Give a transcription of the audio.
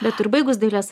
bet tu ir baigus dailės